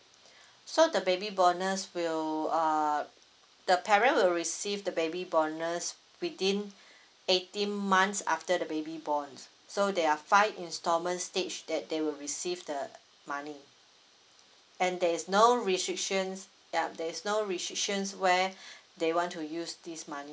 so the baby bonus will err the parent will receive the baby bonus within eighteen months after the baby born so there are five installment stage that they will receive the money and there's no restrictions yup there is no restrictions where they want to use this money